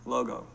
Logo